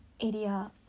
area